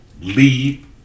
leave